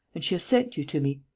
and she has sent you to me.